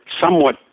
somewhat